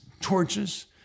torches